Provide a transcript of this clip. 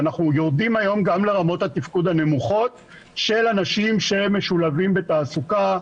ואנחנו יורדים היום גם לרמות התפקוד הנמוכות של אנשים שמשולבים בתעסוקה,